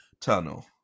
tunnel